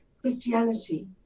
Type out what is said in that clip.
Christianity